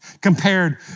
compared